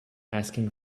asking